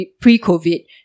pre-COVID